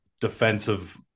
defensive